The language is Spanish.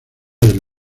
del